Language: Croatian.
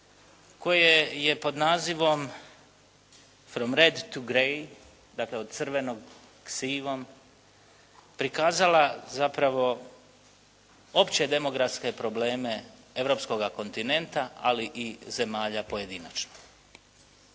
koje je pod nazivom "From red to grey", dakle od crvenog k sivom prikazala zapravo opće demografske probleme europskoga kontinenta, ali i zemalja pojedinačno.